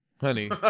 honey